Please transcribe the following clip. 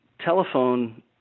telephone